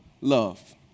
love